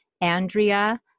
Andrea